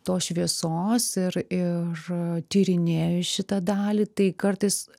tos šviesos ir ir tyrinėju šitą dalį tai kartais